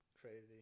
crazy